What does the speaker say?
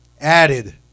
added